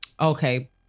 Okay